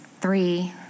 three